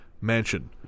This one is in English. Mansion